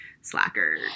slacker